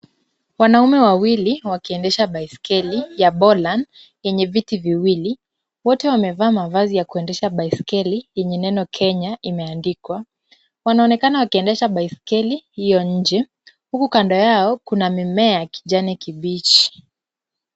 Wanaume wawili wakiendesha baiskeli ya bolan yenye viti viwili, wote wamevaa mavazi ya kuendesha baiskeli yenye neno Kenya imeandikwa. Wanaonekana wakiendesha baiskeli hiyo nje huku kando yao kuna mimea ya kijani kibichi.